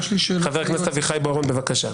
חבר הכנסת אביחי בוארון, בבקשה.